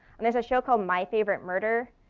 and there's a show called my favorite murder.